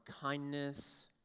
kindness